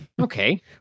Okay